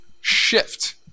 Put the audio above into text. shift